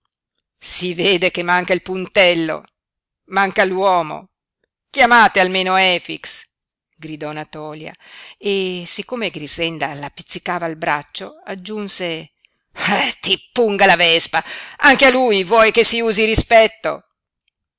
si vede che manca il puntello manca l'uomo chiamate almeno efix gridò natòlia e siccome grixenda la pizzicava al braccio aggiunse ah ti punga la vespa anche a lui vuoi che si usi rispetto